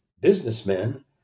businessmen